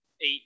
eight